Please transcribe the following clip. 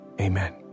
amen